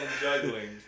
juggling